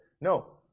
No